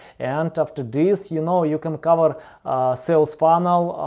and after this, you know, you can cover sales funnel,